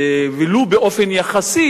ולו באופן יחסי.